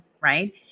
right